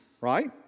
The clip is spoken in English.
Right